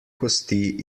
kosti